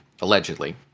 allegedly